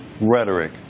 rhetoric